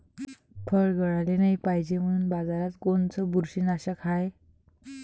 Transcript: फळं गळाले नाही पायजे म्हनून बाजारात कोनचं बुरशीनाशक हाय?